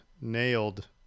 nailed